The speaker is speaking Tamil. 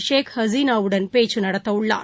ஷேக் ஹசீனாவுடன் பேச்சு நடத்த உள்ளார்